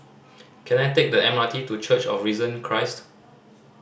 can I take the M R T to Church of Risen Christ